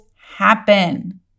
happen